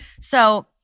So-